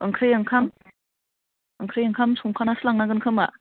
ओंख्रि ओंखाम संखानानैसो लांनांगोन खोमा